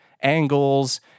angles